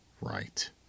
Right